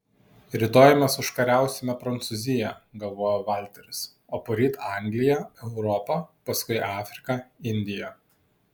rytoj mes užkariausime prancūziją galvojo valteris o poryt angliją europą paskui afriką indiją